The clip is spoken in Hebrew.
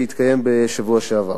שהתקיים בשבוע שעבר,